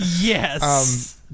Yes